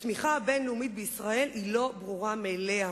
לא ברורה מאליה,